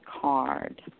card